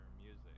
music